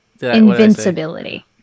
Invincibility